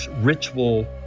ritual